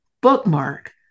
Bookmark